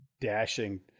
dashing